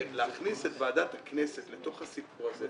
להכניס את ועדת הכנסת לתוך הסיפור הזה,